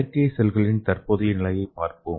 செயற்கை செல்களின் தற்போதைய நிலையைப் பார்ப்போம்